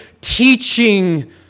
teaching